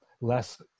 less